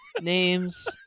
names